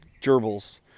gerbils